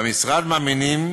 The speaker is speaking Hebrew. במשרד מאמינים